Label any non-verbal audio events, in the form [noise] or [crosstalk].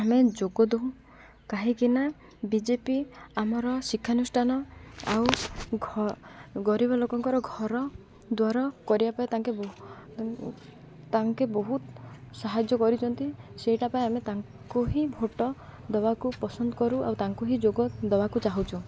ଆମେ ଯୋଗ ଦଉ କାହିଁକିନା ବି ଜେ ପି ଆମର ଶିକ୍ଷାନୁଷ୍ଠାନ ଆଉ [unintelligible] ଗରିବ ଲୋକଙ୍କର ଘର ଦ୍ୱାର କରିବା ପାଇଁ ତାଙ୍କେ [unintelligible] ତାଙ୍କେ ବହୁତ ସାହାଯ୍ୟ କରିଛନ୍ତି ସେଇଟା ପାଇଁ ଆମେ ତାଙ୍କୁ ହିଁ ଭୋଟ୍ ଦବାକୁ ପସନ୍ଦ କରୁ ଆଉ ତାଙ୍କୁ ହିଁ ଯୋଗ ଦେବାକୁ ଚାହୁଁଛୁ